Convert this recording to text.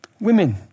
Women